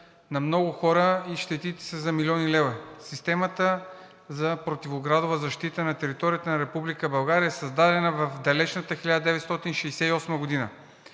на много хора и щетите са за милиони лева. Системата за противоградова защита на територията на Република България е създадена в далечната 1968 г.,